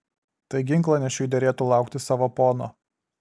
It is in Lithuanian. tai ginklanešiui derėtų laukti savo pono